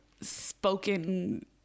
spoken